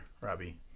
Robbie